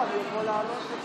הצבעה שמית.